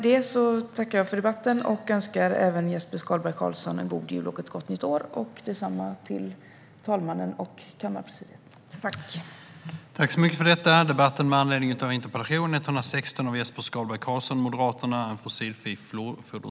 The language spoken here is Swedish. Jag tackar för debatten och önskar Jesper Skalberg Karlsson, talmannen och kammarpresidiet en god jul och ett gott nytt år.